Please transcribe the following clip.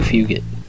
Fugit